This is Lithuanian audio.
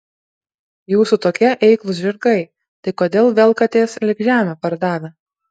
jūsų tokie eiklūs žirgai tai kodėl velkatės lyg žemę pardavę